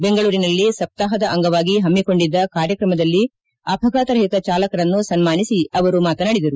ಬೆಂಗಳೂರಿನಲ್ಲಿ ಸಪ್ತಾಪದ ಅಂಗವಾಗಿ ಹಮ್ಮಕೊಂಡಿದ್ದ ಕಾರ್ಯಕ್ರಮದಲ್ಲಿ ಅಪಘಾತರಹಿತ ಚಾಲಕರನ್ನು ಸನ್ಮಾನಿಸಿ ಅವರು ಮಾತನಾಡಿದರು